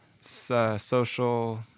Social